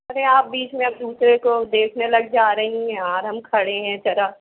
अरे आप बीच में अब दूसरे को देखने लग जा रही हैं यार हम खड़े हैं ज़रा